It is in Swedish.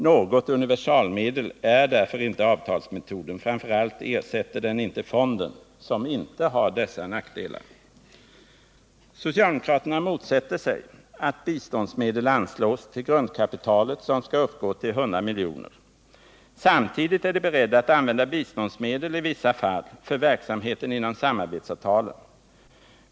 Något universalmedel är därför inte avtalsmetoden, framför allt ersätter den inte fonden som inte har dessa nackdelar. Socialdemokraterna motsätter sig att biståndsmedel anslås till grundkapitalet, som skall uppgå till 100 milj.kr. Samtidigt är de beredda att använda biståndsmedel i vissa fall för verksamheten inom samarbetsavtalen.